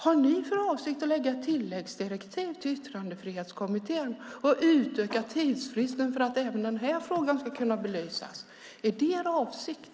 Har ni för avsikt att lägga fram ett tilläggsdirektiv till Yttrandefrihetskommittén och utöka tidsfristen så att även den frågan kan belysas? Är det er avsikt?